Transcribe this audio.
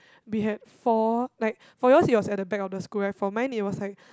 we had four like for yours it was at the back of the school right for mine it was like